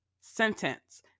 sentence